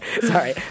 sorry